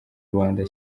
rwanda